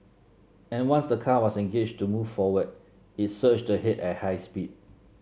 and once the car was engaged to move forward it surged ahead at high speed